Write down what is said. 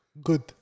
good